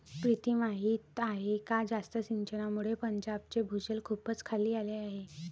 प्रीती माहीत आहे का जास्त सिंचनामुळे पंजाबचे भूजल खूपच खाली आले आहे